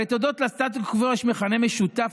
הרי הודות לסטטוס קוו יש מכנה משותף,